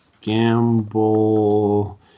Gamble